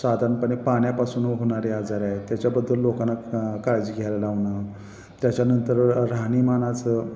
साधारणपणे पाण्यापासून होणारे आजार आहेत त्याच्याबद्दल लोकांना का काळजी घ्यायला लावणं त्याच्यानंतर राहणीमानाचं